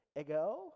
ego